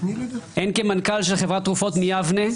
הן כמנכ"ל של חברת תרופות מיבנה,